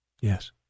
Yes